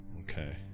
Okay